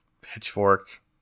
Pitchfork